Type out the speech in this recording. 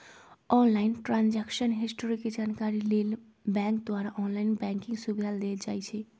online transaction history के जानकारी लेल बैंक द्वारा ऑनलाइन बैंकिंग सुविधा देल जाइ छइ